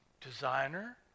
designer